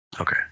Okay